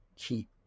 keep